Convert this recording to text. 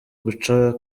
guca